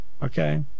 Okay